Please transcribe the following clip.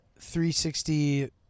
360